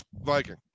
Viking